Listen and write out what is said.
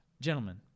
Gentlemen